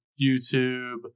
YouTube